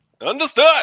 Understood